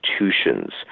institutions